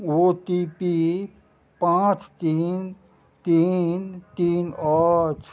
ओ T P पाँच तीन तीन तीन अछि